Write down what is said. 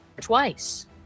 twice